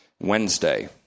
Wednesday